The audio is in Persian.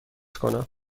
کنم